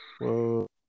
Whoa